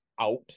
out